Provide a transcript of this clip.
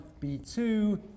B2